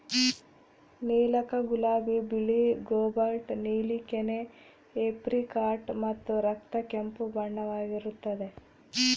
ನೀಲಕ ಗುಲಾಬಿ ಬಿಳಿ ಕೋಬಾಲ್ಟ್ ನೀಲಿ ಕೆನೆ ಏಪ್ರಿಕಾಟ್ ಮತ್ತು ರಕ್ತ ಕೆಂಪು ಬಣ್ಣವಾಗಿರುತ್ತದೆ